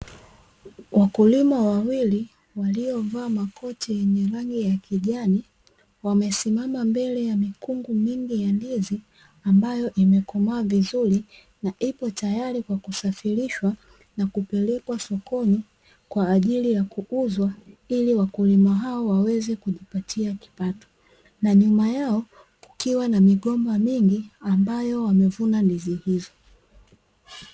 Wakulima wawili waliovaa makoti yenye rangi ya kijani, wamesimama mbele ya mikungu mingi ya ndizi; ambayo imekomaa vizuri na ipo tayari kwa kusafirishwa na kupelekwa sokoni kwa ajili ya kuuzwa, ili wakulima hao waweze kujipatia kipato. Na nyuma yao kukiwa na migomba mingi ambayo wamevuna ndizi hizo.